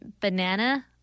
Banana